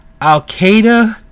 Al-Qaeda